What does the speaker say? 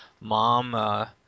mom